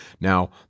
Now